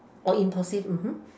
oh impulsive mmhmm